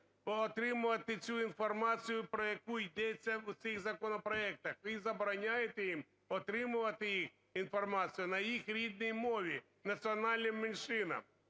отримувати цю інформацію, про яку йдеться в цих законопроектах. Ви забороняєте їм отримувати інформацію на їх рідній мові, національним меншинам.